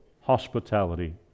hospitality